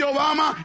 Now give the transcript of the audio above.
Obama